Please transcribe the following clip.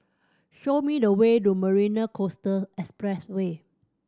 show me the way to Marina Coastal Expressway